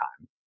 time